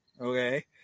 okay